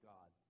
God